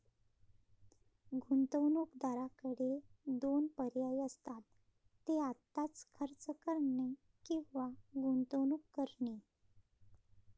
गुंतवणूकदाराकडे दोन पर्याय असतात, ते आत्ताच खर्च करणे किंवा गुंतवणूक करणे